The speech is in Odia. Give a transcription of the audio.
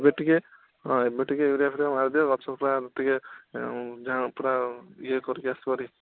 ଏବେ ଟିକେ ହଁ ଏବେ ଟିକେ ୟୁରିଆ ଫ୍ୟୁରିଆ ମାରିଦିଅ ଗଛ ପୂରା ଟିକେ ପୂରା ଇଏ କରିକି ଆସୁ ଭାରି